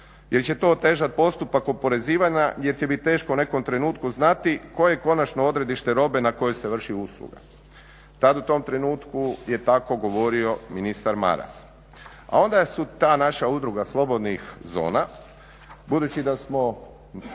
jer će to otežati postupak oporezivanja jer će biti teško u nekom trenutku znati koje je konačno odredište robe na kojoj se vrši usluga. Tad u tom trenutku je tako govorio ministar Maras. A onda su ta naša Udruga slobodnih zona budući da smo